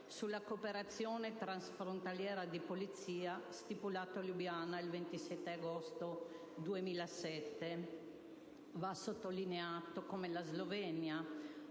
sulla cooperazione transfrontaliera di polizia stipulato a Lubiana il 27 agosto 2007. Va sottolineato come la Slovenia